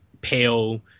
pale